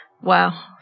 Wow